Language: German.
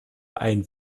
ein